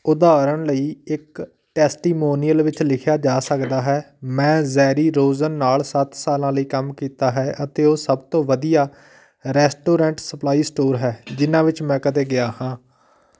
ਉਦਾਹਰਨ ਲਈ ਇੱਕ ਟੈਸਟੀਮੋਨੀਅਲ ਵਿੱਚ ਲਿਖਿਆ ਜਾ ਸਕਦਾ ਹੈ ਮੈਂ ਜ਼ੈਰੀ ਰੋਜ਼ਨ ਨਾਲ ਸੱਤ ਸਾਲਾਂ ਲਈ ਕੰਮ ਕੀਤਾ ਹੈ ਅਤੇ ਉਹ ਸਭ ਤੋਂ ਵਧੀਆ ਰੈਸਟੋਰੈਂਟ ਸਪਲਾਈ ਸਟੋਰ ਹੈ ਜਿਹਨਾਂ ਵਿੱਚ ਮੈਂ ਕਦੇ ਗਿਆ ਹਾਂ